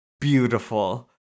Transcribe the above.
beautiful